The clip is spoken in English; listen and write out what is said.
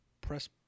press